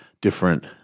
different